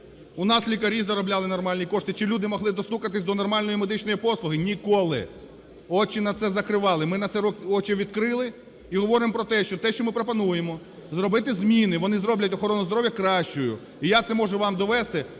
У нас лікарі заробляли нормальні кошти чи люди могли достукатися до нормальної медичної послуги? Ніколи. Очі на це закривали. Ми на це очі відкрили і говоримо про те, що ми пропонуємо, зробити зміни, вони зроблять охорону здоров'я кращою. І я це можу вам довести